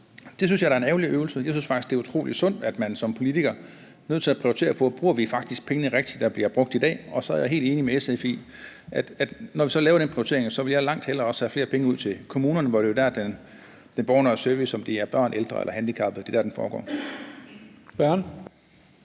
Det synes jeg da er en ærgerlig øvelse. Jeg synes faktisk, det er utroligt sundt, at man som politiker er nødt til at prioritere, i forhold til om vi faktisk bruger de penge, der bliver brugt i dag, rigtigt. Og så er jeg helt enig med SF i, at når vi så laver den prioritering, vil jeg langt hellere også have flere penge ud til kommunerne – det er jo der, den borgernære service, om det er børn, ældre eller handicappede, foregår.